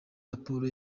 raporo